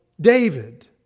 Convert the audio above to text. David